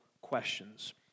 questions